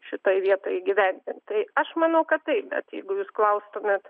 šitoj vietoj įgyvendint tai aš manau kad taip bet jeigu jūs klaustumėt